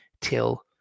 till